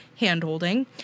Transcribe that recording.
handholding